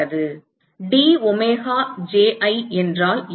d omega j i என்றால் என்ன